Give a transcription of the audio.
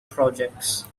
projects